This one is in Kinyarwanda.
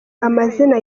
amazina